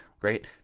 great